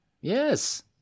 Yes